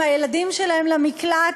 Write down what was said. עם הילדים שלהן למקלט,